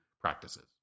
practices